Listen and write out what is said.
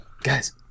Guys